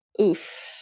oof